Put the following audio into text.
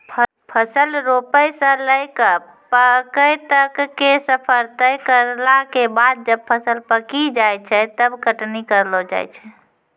फसल रोपै स लैकॅ पकै तक के सफर तय करला के बाद जब फसल पकी जाय छै तब कटनी करलो जाय छै